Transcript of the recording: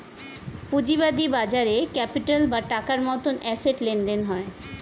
পুঁজিবাদী বাজারে ক্যাপিটাল বা টাকার মতন অ্যাসেট লেনদেন হয়